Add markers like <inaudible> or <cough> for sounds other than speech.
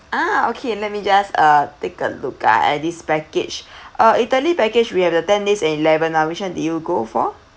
ah okay let me just uh take a look ah at this package <breath> uh italy package we had a ten days and eleven one which one did you go for